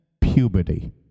Puberty